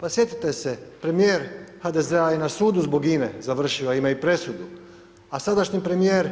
Pa sjetite se premijer HDZ-a je i na sudu zbog INA-e završio a ima i presudu a sadašnji premijer,